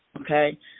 okay